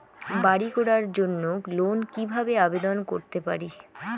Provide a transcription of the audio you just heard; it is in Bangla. বাড়ি করার জন্য লোন কিভাবে আবেদন করতে পারি?